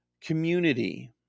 community